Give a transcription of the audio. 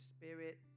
spirit